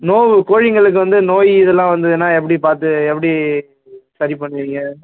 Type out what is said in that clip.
நோவு கோழிங்களுக்கு வந்து நோய் இதெல்லாம் வந்ததுனா எப்படி பார்த்து எப்படி சரி பண்ணுவீங்க